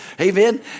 Amen